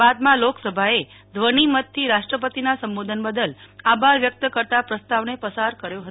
બાદમાં લોકસભાએ ધ્વની મતથી રાષ્ટ્રપતિના સંબોધન બદલ આભાર વ્યકત કરતાં પ્રસ્તાવને પસાર કરાયો હતો